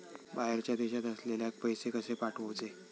बाहेरच्या देशात असलेल्याक पैसे कसे पाठवचे?